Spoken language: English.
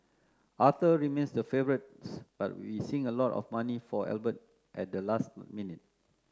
Arthur remains the favourite but we're seeing a lot of money for Albert at the last minute